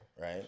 right